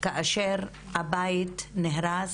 כאשר הבית נהרס,